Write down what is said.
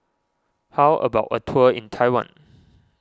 how about a tour in Taiwan